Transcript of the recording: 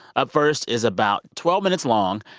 up first is about twelve minutes long,